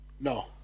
No